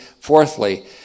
Fourthly